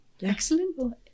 Excellent